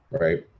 right